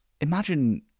Imagine